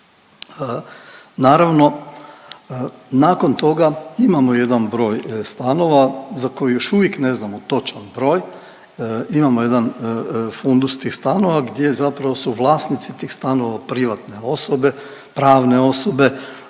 Naravno nakon toga imamo jedan broj stanova za koje još uvijek ne znamo točan broj, imamo jedan fundus tih stanova gdje zapravo su vlasnici tih stanova privatne osobe, pravne osobe